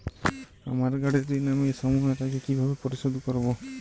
আমার গাড়ির ঋণ আমি সময়ের আগে কিভাবে পরিশোধ করবো?